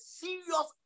serious